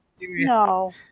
No